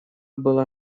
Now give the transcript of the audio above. была